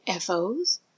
FOs